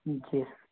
जी